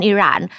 Iran